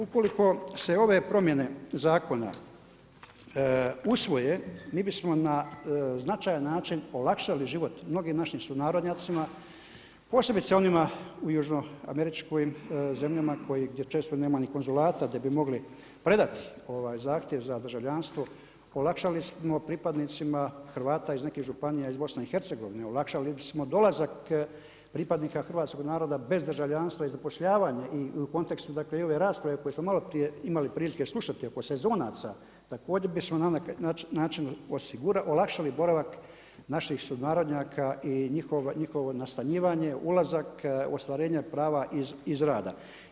Ukoliko se ove promjene zakona usvoje, mi bi smo na značajan način olakšali život mnogim našim sunarodnjacima, posebice u južno američkim zemljama gdje često nema ni konzulata, gdje bi mogli predati ovaj zahtjev za državljanstvo, olakšali smo pripadnicima Hrvata iz nekih županija, iz BiH, olakšali bismo dolazak pripadnika hrvatskog naroda bez državljanstva i zapošljavanje i u kontekstu ove rasprave koje smo maloprije imali prilike slušati, oko sezonaca, također bismo na neki način olakšali boravak naših sunarodnjaka i njihovo nastanjivanje, ulazak, ostvarenje prava iz rada.